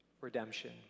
redemption